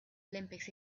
olympics